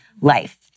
life